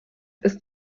ist